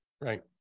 Right